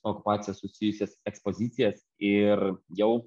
okupacija susijusias ekspozicijas ir jau